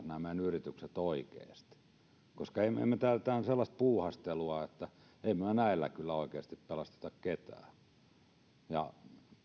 nämä meidän yritykset oikeasti koska tämä on sellaista puuhastelua että emme me näillä kyllä oikeasti pelasta ketään ja